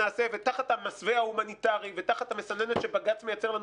ותחת המסווה ההומניטרי ותחת המסננת שבג"ץ מייצר לנו